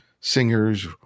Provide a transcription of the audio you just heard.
singers